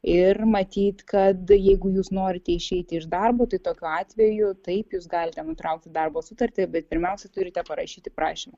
ir matyt kad jeigu jūs norite išeiti iš darbo tai tokiu atveju taip jūs galite nutraukti darbo sutartį bet pirmiausia turite parašyti prašymą